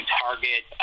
target